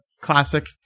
classic